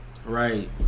right